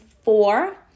four